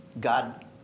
God